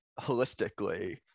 holistically